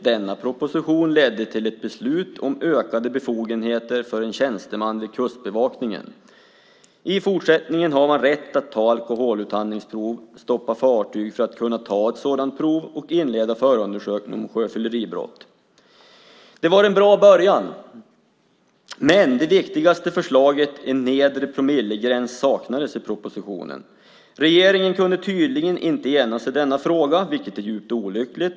Denna proposition ledde till ett beslut om ökade befogenheter för tjänsteman vid Kustbevakningen. I fortsättningen har man rätt att ta alkoholutandningsprov, att stoppa fartyg för att kunna ta ett sådant prov och att inleda förundersökning om sjöfylleribrott - en bra början. Men det viktigaste förslaget, det om en nedre promillegräns, saknas i propositionen. Regeringen kunde tydligen inte enas i denna fråga, vilket är djupt olyckligt.